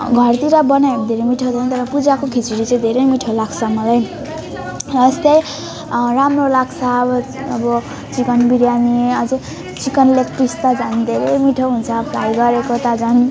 घरतिर बनायो भनेदेखि पूजाको खिचडी चाहिँ धेरै मिठो लाग्छ मलाई जस्तै राम्रो लाग्छ अब चिकन बिरीयानी अझ चिकन लेग पिस त झन् धेरै मिठो हुन्छ फ्राई गरेको त झन्